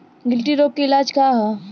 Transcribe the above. गिल्टी रोग के इलाज का ह?